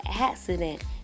accident